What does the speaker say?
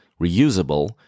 reusable